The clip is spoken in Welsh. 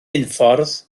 unffordd